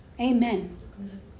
Amen